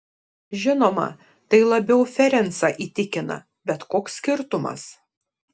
žinoma tai labiau ferencą įtikina bet koks skirtumas